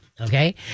okay